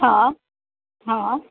હા હા